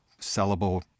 sellable